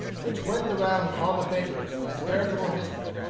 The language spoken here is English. which went the round of all the papers as veritable history.